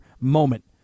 moment